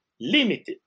limited